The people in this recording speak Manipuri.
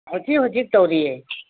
ꯍꯧꯖꯤꯛ ꯍꯧꯖꯤꯛ ꯇꯧꯔꯤꯌꯦ